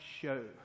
show